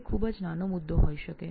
તે ખૂબ જ નાનો મુદ્દો હોઈ શકે છે